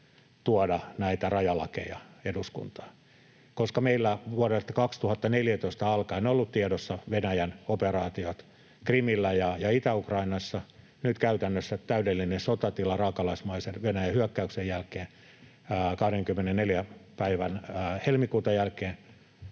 tuoda näitä rajalakeja eduskuntaan, koska meillä vuodesta 2014 alkaen on ollut tiedossa Venäjän operaatiot Krimillä ja Itä-Ukrainassa, nyt käytännössä täydellinen sotatila raakalaismaisen Venäjän hyökkäyksen jälkeen, 24. päivän helmikuuta jälkeen,